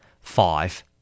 Five